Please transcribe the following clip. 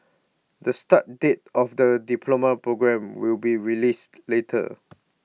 the start date of the diploma programme will be released later